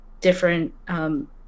different